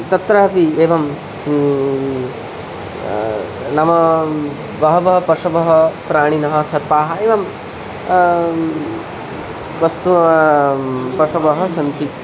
तत्रापि एवं नाम बहवः पशवः प्राणिनः सर्पाः एवं वस्तु पशवः सन्ति